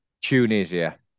Tunisia